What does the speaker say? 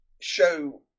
show